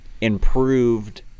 improved